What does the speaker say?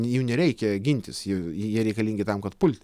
jų nereikia gintis jie jie reikalingi tam kad pulti